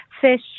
fish